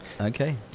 Okay